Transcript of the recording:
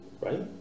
Right